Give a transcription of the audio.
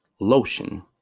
lotion